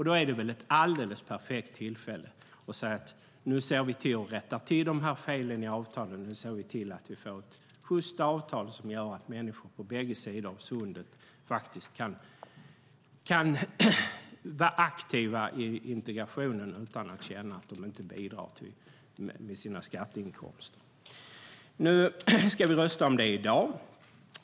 Då är det väl ett alldeles perfekt tillfälle att rätta till de här felen i avtalet så att vi får ett sjyst avtal som gör att människor på båda sidor av sundet kan vara aktiva i integrationen utan att känna att de inte bidrar med sina skatter. Vi ska rösta om det i dag.